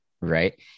Right